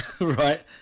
right